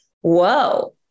Whoa